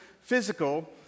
physical